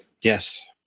Yes